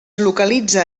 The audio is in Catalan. localitza